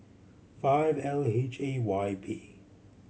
five L H A Y P